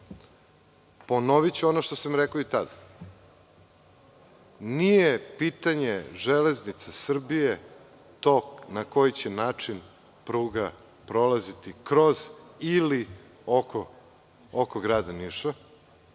Ponoviću ono što sam rekao i tad. Nije pitanje Železnice Srbije to na koji će način pruga prolaziti kroz ili oko Grada Niša.